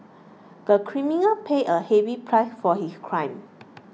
the criminal paid a heavy price for his crime